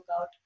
out